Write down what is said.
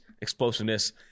explosiveness